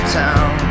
town